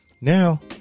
Now